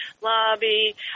lobby